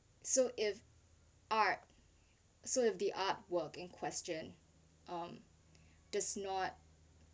so if art so if the artwork in question um does not